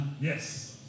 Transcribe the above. Yes